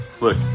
Look